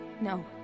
No